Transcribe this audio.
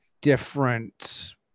different